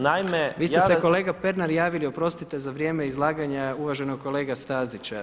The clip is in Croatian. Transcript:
Naime, vi ste se kolega Pernar javili oprostite za vrijeme izlaganja uvaženog kolege Stazića.